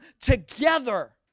together